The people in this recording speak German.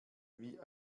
wie